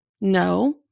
No